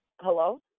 hello